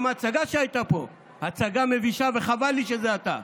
גם ההצגה שהייתה פה, הצגה מבישה, וחבל לי שזה אתה.